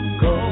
go